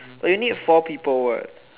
but you need four people [what]